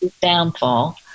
downfall